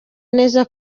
neza